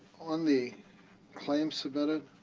on the claims submitted,